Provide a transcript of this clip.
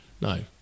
No